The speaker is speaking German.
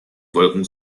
wolken